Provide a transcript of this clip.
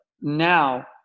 now